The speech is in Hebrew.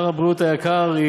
שר הבריאות היקר,